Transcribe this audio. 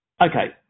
Okay